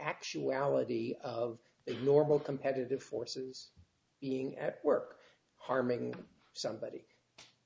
actuality of the normal competitive forces being at work harming somebody